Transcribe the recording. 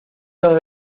los